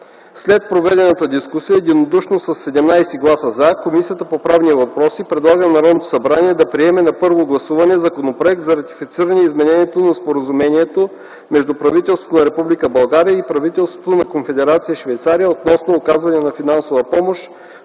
След проведената дискусия единодушно със 17 гласа „за”, Комисията по правни въпроси предлага на Народното събрание да приеме на първо гласуване Законопроект за ратифициране изменението на Споразумението между правителството на Република България и правителството на Конфедерация Швейцария относно оказването на финансова помощ,